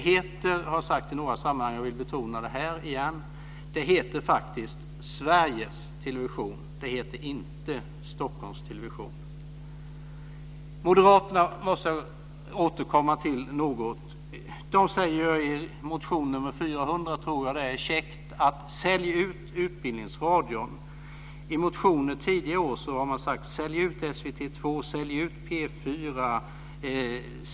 Jag har i några sammanhang sagt - och det vill jag återigen betona - att bolaget heter Sveriges Television, inte Stockholms Television. Jag måste något återkomma till moderaterna. De skriver i motion K400 käckt: Sälj ut Utbildningsradion! I motioner som behandlats tidigare år har man skrivit: Sälj ut SVT 2! Sälj ut P4!